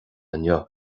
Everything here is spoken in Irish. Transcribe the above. inniu